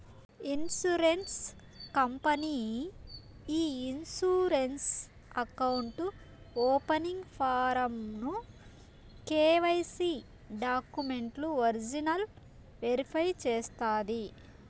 insurance company ఈ insurance account opening form ను KYC డాక్యుమెంట్లు ఒరిజినల్ వెరిఫై చేస్తాది